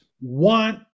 want